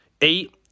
eight